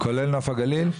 כולל נוף הגליל?